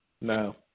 No